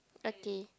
okay